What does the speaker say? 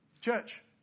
Church